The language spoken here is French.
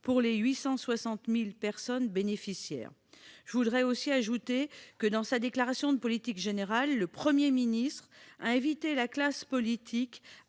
pour les 860 000 personnes qui en sont bénéficiaires. Je veux ajouter que, dans sa déclaration de politique générale, le Premier ministre a invité la classe politique